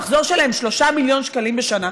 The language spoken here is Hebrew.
המחזור שלהם 3 מיליון שקלים בשנה,